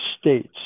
states